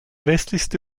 westlichste